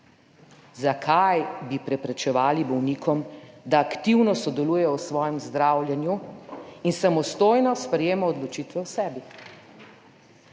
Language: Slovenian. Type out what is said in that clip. Zakaj bi preprečevali bolnikom, da aktivno sodelujejo v svojem zdravljenju in samostojno sprejemajo odločitve o sebi?